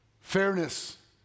fairness